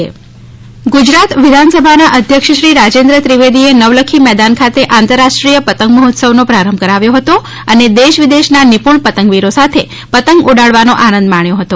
પતંગ મહોત્સવ ગુજરાત વિધાનસભાના અધ્યક્ષ શ્રી રાજેન્દ્ર ત્રિવેદીએ નવલખી મેદાન ખાતે આંતરરાષ્ટ્રીય પતંગ મહોત્સવનો પ્રારંભ કરાવ્યો હતો અને દેશ વિદેશના નિપુણ પતંગવીરો સાથે પતંગ ઉડાડવાનો આનંદ માણ્યો હતો